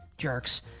jerks